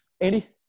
andy